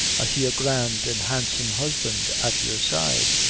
i see a grand an' handsome husband at your side,